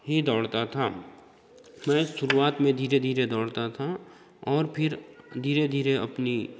ही दौड़ता था मैं शुरुवात में धीरे धीरे दौड़ता था और फिर धीरे धीरे अपनी